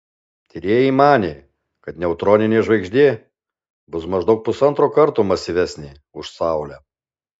tyrėjai manė kad neutroninė žvaigždė bus maždaug pusantro karto masyvesnė už saulę